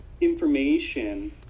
information